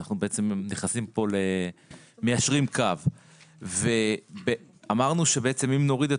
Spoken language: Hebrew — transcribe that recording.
אנחנו מיישרים קו ואמרנו שאם נוריד את